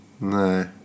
No